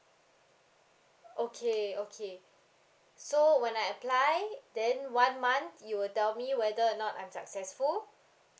okay okay so when I apply then one month you will tell me whether or not I'm successful